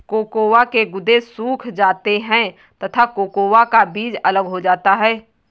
cocoa के गुदे सूख जाते हैं तथा कोकोआ का बीज अलग हो जाता है